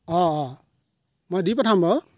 অ ' অ' মই দি পঠাম বাৰু